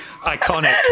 iconic